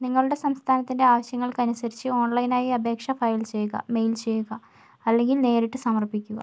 നിങ്ങളുടെ സംസ്ഥാനത്തിൻ്റെ ആവശ്യങ്ങൾക്കനുസരിച്ച് ഓൺലൈനായി അപേക്ഷ ഫയൽ ചെയ്യുക മെയിൽ ചെയ്യുക അല്ലെങ്കിൽ നേരിട്ട് സമർപ്പിക്കുക